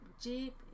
jeep